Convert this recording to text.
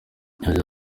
yagize